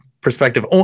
perspective